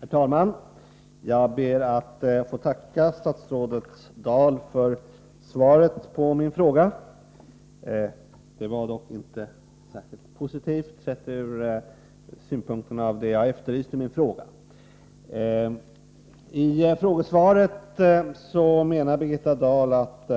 Herr talman! Jag ber att få tacka statsrådet Dahl för svaret på min fråga. Det var dock inte särskilt positivt, sett ur synpunkten av det jag efterlyste i min fråga. I frågesvaret menar Birgitta Dahl att